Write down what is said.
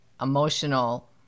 emotional